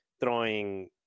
throwing